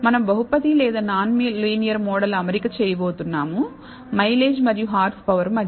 మనం బహుపది లేదా నాన్ లీనియర్ మోడల్ అమరిక చేయబోతున్నాము మైలేజ్ మరియు హార్స్పవర్ మధ్య